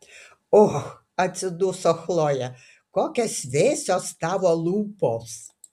och atsiduso chlojė kokios vėsios tavo lūpos